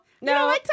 no